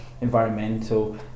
environmental